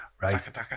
Right